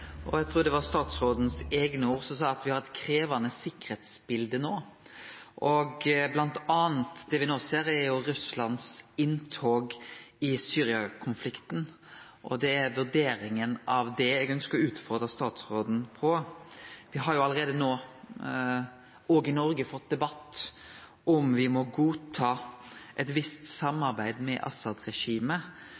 innlegget. Eg trur det var statsrådens eigne ord at me no har eit krevjande sikkerhetsbilete, m.a. det me no ser, Russlands inntog i Syria-konflikten, og det er vurderinga av det eg ønskjer å utfordre statsråden på. Me har allereie no, òg i Noreg, fått ein debatt om me må godta eit visst